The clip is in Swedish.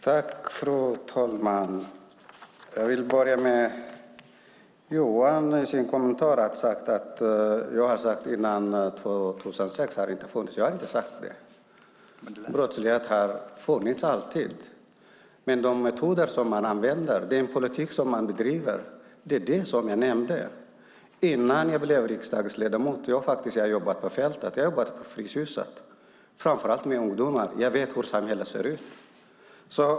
Fru talman! Johan Linander sade i sin kommentar att jag har sagt att det inte fanns någon brottslighet före 2006. Jag har inte sagt det. Brottslighet har alltid funnits. Men de metoder som man använder och den politik som man bedriver var det som jag nämnde. Innan jag blev riksdagsledamot jobbade jag på fältet. Jag har jobbat på Fryshuset, framför allt med ungdomar. Jag vet hur samhället ser ut.